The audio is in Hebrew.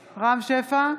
שפע,